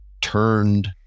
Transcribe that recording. turned